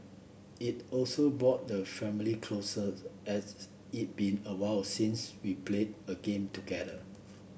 it also brought the family closer as it been awhile since we played a game together